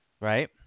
Right